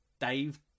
Dave